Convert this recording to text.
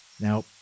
Now